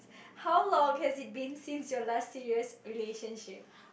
how long has it been since your last serious relationship